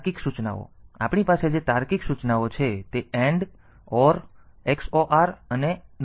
તાર્કિક સૂચનાઓ આપણી પાસે જે તાર્કિક સૂચનાઓ છે તે AND OR XOR અને NOT છે